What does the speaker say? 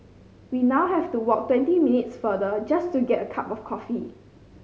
we now have to walk twenty minutes farther just to get a cup of coffee